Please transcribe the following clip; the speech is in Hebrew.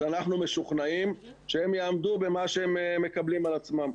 אנחנו משוכנעים שהם יעמדו במה שהם מקבלים על עצמם.